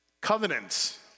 Covenants